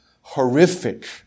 horrific